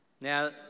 Now